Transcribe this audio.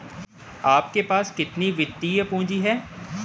आपके पास कितनी वित्तीय पूँजी है?